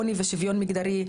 עוני ושוויון מגדרי,